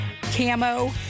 camo